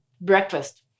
breakfast